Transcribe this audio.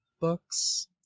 books